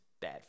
bad